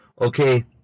Okay